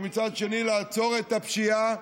ומצד שני לעצור את הפשיעה.